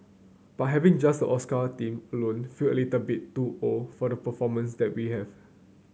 but having just Oscar theme alone feel a little bit too old for the performers that we have